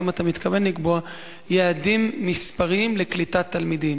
האם אתה מתכוון לקבוע יעדים מספריים לקליטת תלמידים?